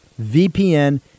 VPN